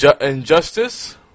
Injustice